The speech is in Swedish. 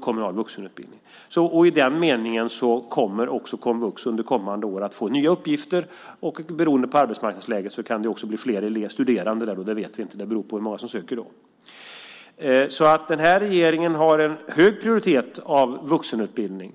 kommunal vuxenutbildning så att man blir högskolebehörig. I den meningen kommer också komvux under kommande år att få nya uppgifter, och beroende på arbetsmarknadsläget kan det bli fler studerande där. Det vet vi inte än, det beror på hur många som söker då. Den här regeringen har en hög prioritet av vuxenutbildning.